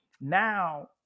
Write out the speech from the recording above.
now